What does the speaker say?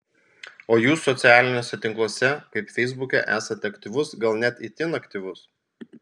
o jūs socialiniuose tinkluose kaip feisbuke esate aktyvus gal net itin aktyvus